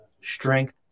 strength